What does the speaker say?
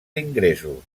ingressos